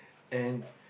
and